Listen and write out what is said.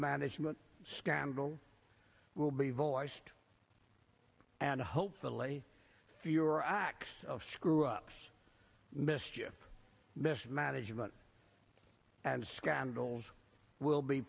management scramble will be voiced and hopefully your acts of screw us mischief mismanagement and scandals will be